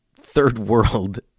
third-world